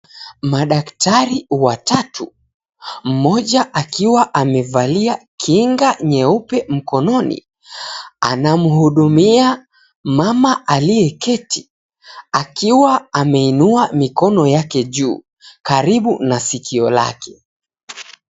Madaktari watatu mmoja akiwa amevalia kinga nyeupe mkononi anamhudumia mama aliyeketi akiwa ameinua mikono yake juu karibu na sikio lake.